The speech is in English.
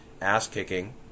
ass-kicking